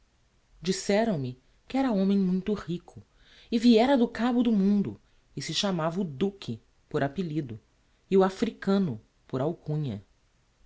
disseram-me que era homem muito rico e viera do cabo do mundo e se chamava o duque por appellido e o africano por alcunha